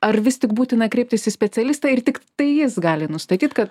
ar vis tik būtina kreiptis į specialistą ir tik tai jis gali nustatyti kad